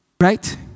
right